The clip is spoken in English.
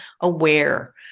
aware